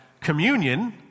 communion